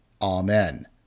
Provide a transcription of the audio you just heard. Amen